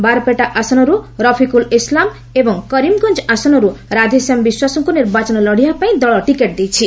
ବାରପେଟା ଆସନରୁ ରଫିକୁଲ୍ ଇସ୍ଲାମ୍ ଏବଂ କରିମ୍ଗଞ୍ଜ ଆସନରୁ ରାଧେଶ୍ୟାମ୍ ବିଶ୍ୱାସଙ୍କୁ ନିର୍ବାଚନ ଲଢ଼ିବାପାଇଁ ଦଳ ଟିକେଟ୍ ଦେଇଛି